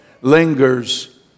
lingers